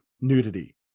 nudity